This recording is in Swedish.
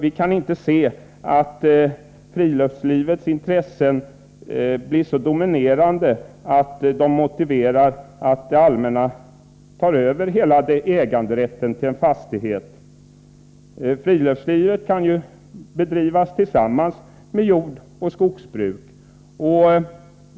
Vi kan inte se att friluftslivets intressen blir så dominerande att det skulle motivera att det allmänna tog över hela äganderätten till en fastighet. Man kanske inte bara bedriver friluftsliv utan även jordoch skogsbruk.